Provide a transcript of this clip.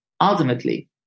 ultimately